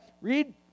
Read